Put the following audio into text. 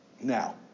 Now